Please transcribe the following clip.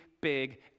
big